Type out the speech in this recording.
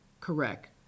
correct